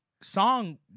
song